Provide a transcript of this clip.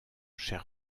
cher